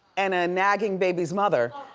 and a nagging babies mother.